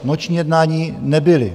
Noční jednání nebyla.